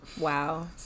Wow